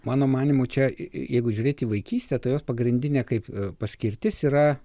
mano manymu čia jeigu žiūrėti į vaikystę tai jos pagrindinė kaip paskirtis yra